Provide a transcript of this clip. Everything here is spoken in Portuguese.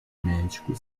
médico